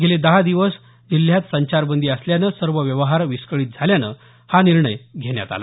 गेले दहा दिवस जिल्ह्यात संचारबंदी असल्यानं सर्व व्यवहार विस्कळीत झाल्यानं हा निर्णय घेण्यात आला